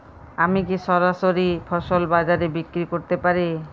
আমি কি সরাসরি ফসল বাজারে বিক্রি করতে পারি?